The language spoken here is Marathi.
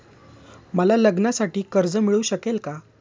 मला लग्नासाठी कर्ज मिळू शकेल का?